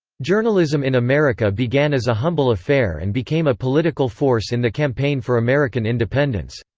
journalism in america began as a humble affair and became a political force in the campaign for american independence.